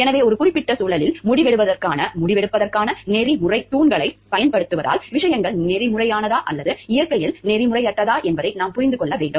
எனவே ஒரு குறிப்பிட்ட சூழலில் முடிவெடுப்பதற்கான நெறிமுறைத் தூண்களைப் பயன்படுத்துவதால் விஷயங்கள் நெறிமுறையானதா அல்லது இயற்கையில் நெறிமுறையற்றதா என்பதை நாம் புரிந்து கொள்ள வேண்டும்